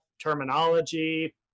terminology